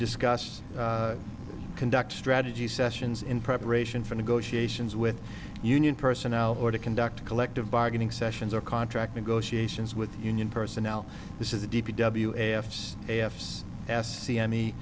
discuss conduct strategy sessions in preparation for negotiations with union personnel or to conduct a collective bargaining sessions or contract negotiations with union personnel this is a d p w s a s s c